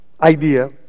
idea